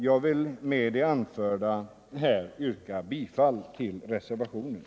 Jag vill med det här anförda yrka bifall till reservationen.